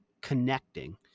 connecting